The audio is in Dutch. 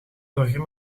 burger